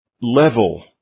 level